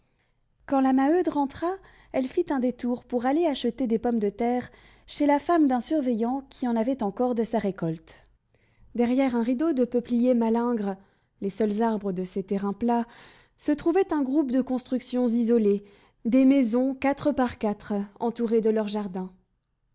quand la maheude rentra elle fit un détour pour aller acheter des pommes de terre chez la femme d'un surveillant qui en avait encore de sa récolte derrière un rideau de peupliers malingres les seuls arbres de ces terrains plats se trouvait un groupe de constructions isolées des maisons quatre par quatre entourées de leurs jardins